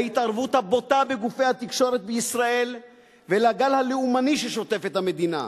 להתערבות הבוטה בגופי התקשורת בישראל ולגל הלאומני ששוטף את המדינה.